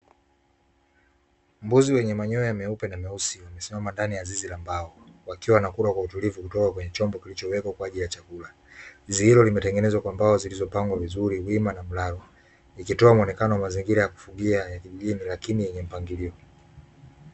Mbuzi wenye manyoya meupe na meusi, wamesimama ndani ya zizi la mbao wakiwa wanakula kwa utulivu kutoka kwenye chombo kilichowekwa kwa ajili ya chakula. Zizi hilo limetengenezwa kwa mbao zilizopangwa vizuri wima na mlalo, ikitoa muonekano wa mazingira ya kufugia ya kijijini, lakini yenye mpangilio.